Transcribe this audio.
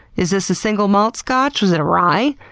is this a single malt scotch? was it a rye?